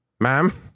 Ma'am